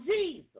Jesus